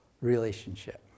relationship